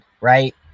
right